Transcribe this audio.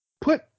put